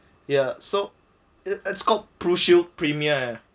ya so it's it's called pru shield premier